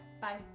Bye